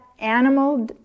animal